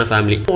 Family